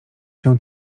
się